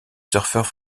surfeurs